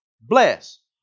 bless